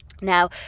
Now